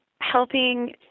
helping